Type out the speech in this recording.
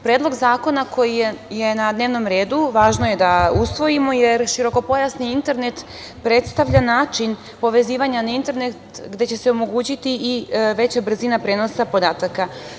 Predlog zakona koji je na dnevnom redu važno je da usvojimo, jer širokopojasni internet predstavlja način povezivanja na internet, gde će omogućiti i veća brzina prenosa podataka.